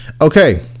Okay